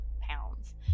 pounds